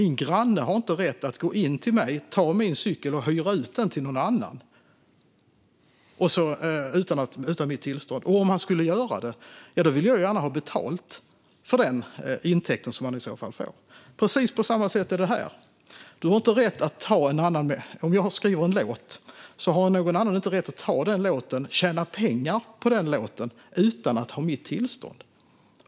Min granne har inte rätt att gå in till mig, ta min cykel och hyra ut den till någon annan utan mitt tillstånd. Och om han ändå skulle göra det vill jag gärna ha betalt för den intäkt han i så fall får. På precis samma sätt är det här. Om jag har skrivit en låt har inte någon annan rätt att ta låten och tjäna pengar på den utan att ha mitt tillstånd.